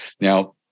Now